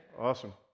Awesome